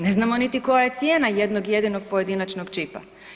Ne znamo niti koja je cijena jednog jedinog pojedinačnog čipa.